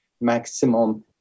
maximum